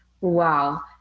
Wow